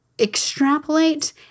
extrapolate